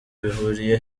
bihuriye